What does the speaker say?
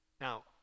Now